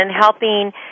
helping